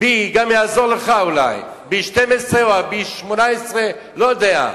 B גם יעזור לך, אולי, B12 או ה-B18, לא יודע.